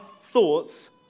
thoughts